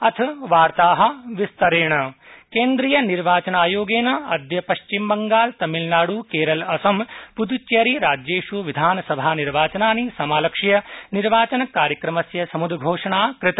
अथ वार्ता विस्तरेण निर्वाचनायोग केन्द्रीय निर्वाचनायोगेन अद्य पश्चिम बंगाल तमिलनाडु केरल असम पुदुच्चेरी राज्येषु विधानसभा निर्वाचनानि समालक्ष्य निर्वाचनकार्यक्रमस्य समुद्घोषणा कृता